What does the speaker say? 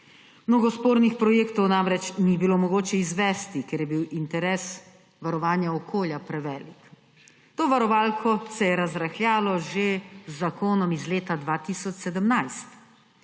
Mnogo spornih projektov namreč ni bilo mogoče izvesti, ker je bil interes varovanja okolja prevelik. To varovalko se je razrahljalo že z zakonom iz leta 2017.